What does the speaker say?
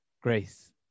grace